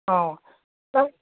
অঁ তেও